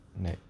like